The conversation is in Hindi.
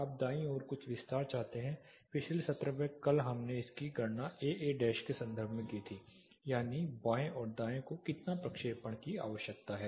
आप दाईं ओर कुछ विस्तार चाहते हैं पिछले सत्र में कल हमने इसकी गणना एए डैश के संदर्भ में की थी यानी बाएं और दाएं को कितना प्रक्षेपण की आवश्यकता है